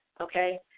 Okay